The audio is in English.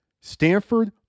Stanford